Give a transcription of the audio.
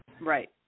Right